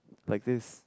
like this